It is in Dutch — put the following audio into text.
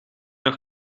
nog